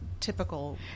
typical